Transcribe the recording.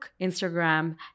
Instagram